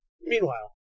Meanwhile